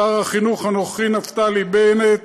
שר החינוך הנוכחי נפתלי בנט